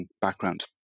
background